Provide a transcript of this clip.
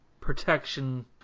protection